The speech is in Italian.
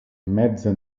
mezza